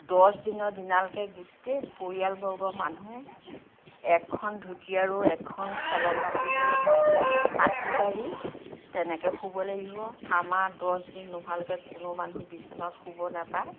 দহদিনৰ দিনালৈকে গোটেই পৰিয়ালবৰ্গ মানুহ এখন ধুতি আৰু এখন চেলেং কাপোৰ লৈয়ে মাটিত পাটি পাৰি তেনেকৈ শুব লাগিব আমাৰ দহদিন নোহোৱালৈকে কোনো মানুহ বিচনাত শুব নেপায়